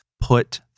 put